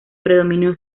predominio